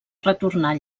retornar